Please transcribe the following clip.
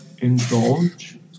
indulge